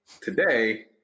today